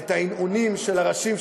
את ההנהונים של אנשים,